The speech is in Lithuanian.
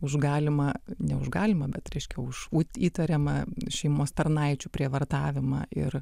už galimą ne už galima bet reiškia už įtariamą šeimos tarnaičių prievartavimą ir